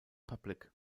public